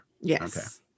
Yes